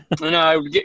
no